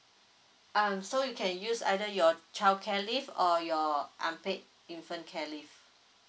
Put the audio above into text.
um so you can use either your childcare leave or your unpaid infant care leave